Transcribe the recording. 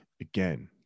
again